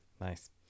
nice